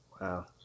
Wow